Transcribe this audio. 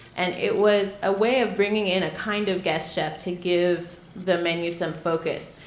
and it was a way of bringing in a kind of guest chef to give the menu some focus.